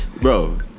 Bro